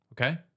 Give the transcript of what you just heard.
Okay